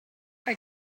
our